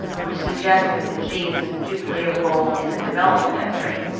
which suggests that the genes do play a role in the development of that trait.